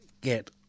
get